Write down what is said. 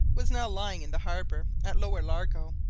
was now lying in the harbour at lower largo,